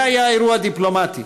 זה היה אירוע דיפלומטי